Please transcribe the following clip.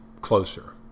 closer